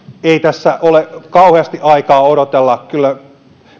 ei tässä ole kauheasti aikaa odotella kyllä